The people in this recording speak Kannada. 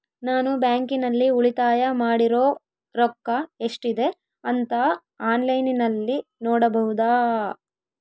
ನಾನು ಬ್ಯಾಂಕಿನಲ್ಲಿ ಉಳಿತಾಯ ಮಾಡಿರೋ ರೊಕ್ಕ ಎಷ್ಟಿದೆ ಅಂತಾ ಆನ್ಲೈನಿನಲ್ಲಿ ನೋಡಬಹುದಾ?